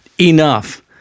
enough